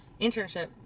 internship